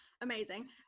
amazing